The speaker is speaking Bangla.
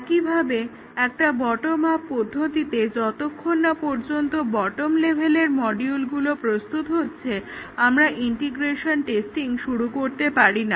একইভাবে একটা বটম আপ পদ্ধতিতে যতক্ষণ না পর্যন্ত বটম লেভেল মডিউলগুলো প্রস্তুত হচ্ছে আমরা ইন্টিগ্রেশন টেস্টিং শুরু করতে পারি না